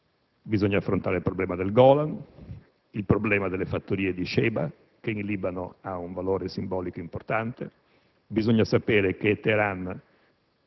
Occorre affrontare il problema del Golan, quello delle fattorie di Shebaa, che in Libano ha un valore simbolico importante, occorre sapere che Teheran